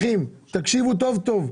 תקשיבו טוב טוב.